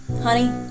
Honey